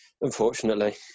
Unfortunately